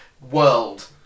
world